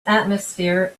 atmosphere